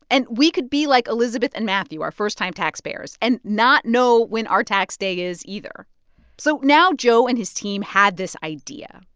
and we could be like elizabeth and matthew, our first-time taxpayers, and not know when our tax day is either so now joe and his team had this idea,